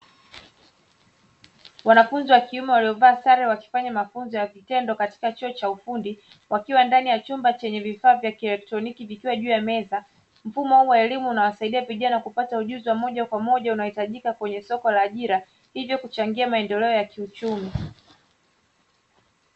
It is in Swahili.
Wanafunzi wa kiume waliovaa sare wakifanya mafunzo ya vitendo katika chuo cha ufundi wakiwa ndani ya chumba chenye vifaa vya kieletroniki vikiwa juu ya meza, mfumo huu wa elimu unawasaidia vijana kupata ujuzi wa moja kwa moja unaohitajika kwenye soko la ajira hivyo kuchangia maendeleo ya kiuchumi.